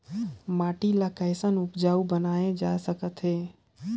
माटी ला कैसन उपजाऊ बनाय जाथे?